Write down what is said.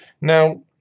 Now